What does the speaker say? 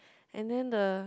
and then the